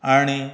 आनी